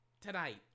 tonight